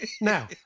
Now